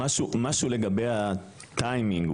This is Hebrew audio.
משהו לגבי הטיימינג,